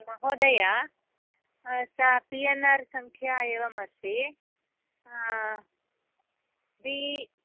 महोदय सा P N R सङ्ख्या एवमस्ति बी